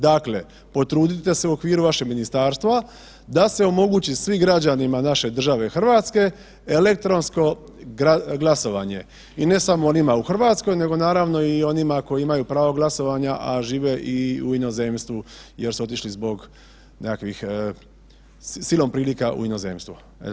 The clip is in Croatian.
Dakle, potrudite se u okviru vašeg ministarstva da se omogući svim građanima naše države Hrvatske elektronsko glasovanje i ne samo onima u Hrvatskoj nego naravno i onima koji imaju pravo glasovanja, a žive i u inozemstvu jer su otišli zbog nekakvih, silom prilika u inozemstvo.